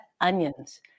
onions